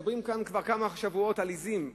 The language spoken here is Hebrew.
מדברים כאן כבר כמה שבועות על עזים.